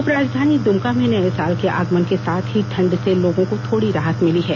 उपराजधानी दुमका में नये साल के आगमन के साथ ही ठंड से लोगों को थोड़ी राहत मिली है